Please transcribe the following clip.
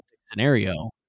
scenario